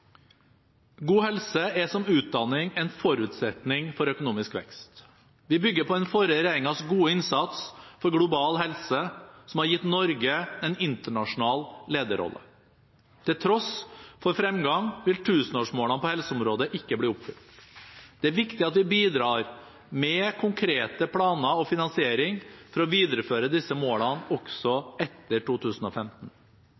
God helse er som utdanning en forutsetning for økonomisk vekst. Vi bygger på den forrige regjeringens gode innsats for global helse som har gitt Norge en internasjonal lederrolle. Til tross for fremgang vil tusenårsmålene på helseområdet ikke bli oppfylt. Det er viktig at vi bidrar med konkrete planer og finansiering for å videreføre disse målene også etter 2015.